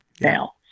now